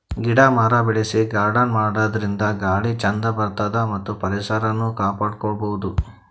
ಗಿಡ ಮರ ಬೆಳಸಿ ಗಾರ್ಡನ್ ಮಾಡದ್ರಿನ್ದ ಗಾಳಿ ಚಂದ್ ಬರ್ತದ್ ಮತ್ತ್ ಪರಿಸರನು ಕಾಪಾಡ್ಕೊಬಹುದ್